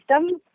system